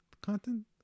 content